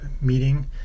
meeting